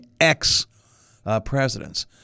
ex-presidents